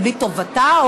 ובלי טובתה,